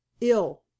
ill